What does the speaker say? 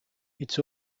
its